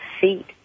seat